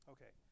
Okay